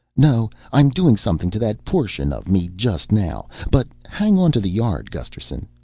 no, i'm doing something to that portion of me just now. but hang onto the yard, gusterson.